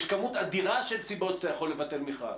יש כמות אדירה של סיבות שאתה יכול לבטל מכרז.